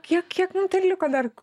kiek kiek dar liko dar